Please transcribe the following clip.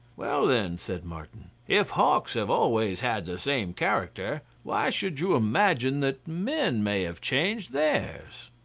well, then, said martin, if hawks have always had the same character why should you imagine that men may have changed theirs?